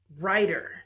writer